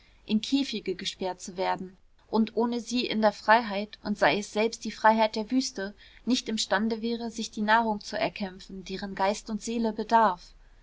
in käfige gesperrt zu werden und ohne sie in der freiheit und sei es selbst die freiheit der wüste nicht imstande wäre sich die nahrung zu erkämpfen deren geist und seele bedarf